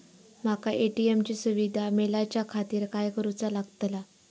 माका ए.टी.एम ची सुविधा मेलाच्याखातिर काय करूचा लागतला?